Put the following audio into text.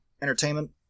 Entertainment